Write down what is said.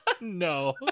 no